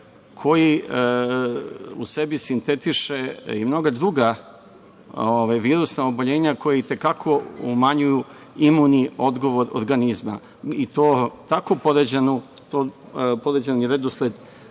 koji u sebi sintetiše i mnoga druga visusna oboljenja koja i te kako umanjuju imuni odgovor organizma i to tako poređan redosled